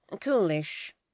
Coolish